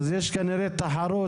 אז יש כנראה תחרות,